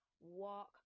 walk